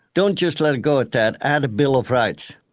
don't just let it go at that, add a bill of rights.